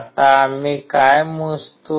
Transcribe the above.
आता आम्ही काय मोजतो